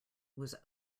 was